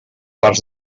parts